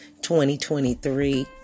2023